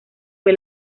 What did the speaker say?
fue